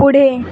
पुढे